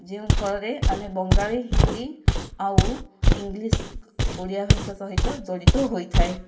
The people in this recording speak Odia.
ଯେଉଁ ଫଳରେ ଆମେ ବଙ୍ଗାଳୀ ହିନ୍ଦୀ ଆଉ ଇଂଲିଶ ଓଡ଼ିଆ ଭାଷା ସହିତ ଜଡ଼ିତ ହୋଇଥାଏ